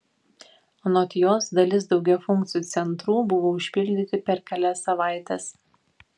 anot jos dalis daugiafunkcių centrų buvo užpildyti per kelias savaites